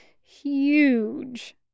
huge